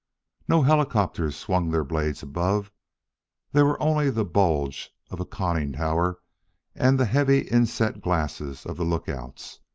no helicopters swung their blades above there were only the bulge of a conning tower and the heavy inset glasses of the lookouts.